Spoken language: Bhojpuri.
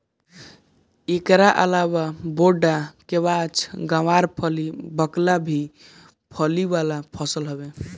एकरी अलावा बोड़ा, केवाछ, गावरफली, बकला भी फली वाला फसल हवे